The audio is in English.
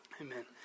Amen